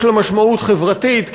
יש לה משמעות חברתית,